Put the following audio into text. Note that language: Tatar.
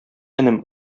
энем